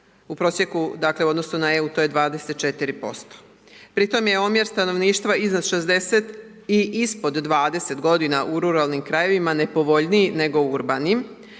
u prosjeku dakle u odnosu na EU, to je 24%. Pri tom je omjer stanovništva iznad 60 i ispod 20 godina u ruralnim krajevima nepovoljniji nego u urbanim